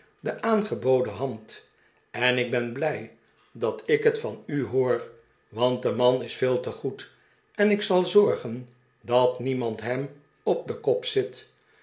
de aangeboden hand en ik ben blij dat ik het van u hoor want de man is veel te goed en ik zal zorgen dat niemand hem op den kop zit